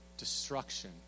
Destruction